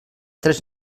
tres